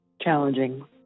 challenging